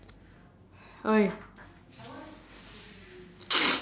!oi!